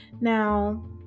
Now